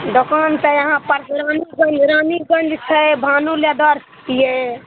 दोकान तऽ यहाँ पर रानी गंज रानी गंज छै भानू लैदर्स छियै